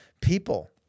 people